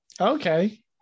Okay